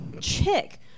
chick